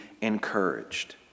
encouraged